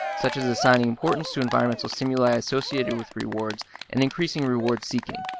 such as assigning importance to environmental stimuli associated with rewards and increasing reward-seeking.